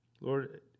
Lord